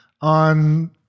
on